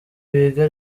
biga